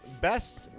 Best